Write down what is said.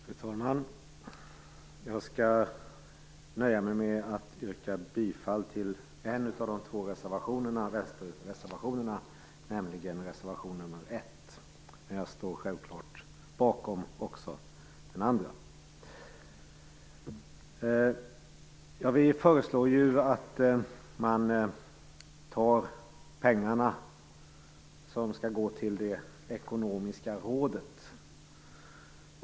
Fru talman! Jag skall nöja mig med att yrka bifall till en av de två vänsterreservationerna, nämligen reservation nr 1. Men jag står självfallet bakom också den andra. Vi i Vänsterpartiet föreslår att man tar de pengar som skall gå till Ekonomiska rådet.